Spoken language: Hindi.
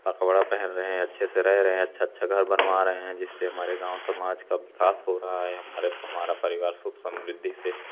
पकवड़ा पहन रहे हैं अच्छे से रह रहे हैं अच्छा अच्छा घर बनवा रहे हैं जिससे हमारे गाँव समाज का विकास हो रहा है हमारे हमारा परिवार सुख समृद्धि से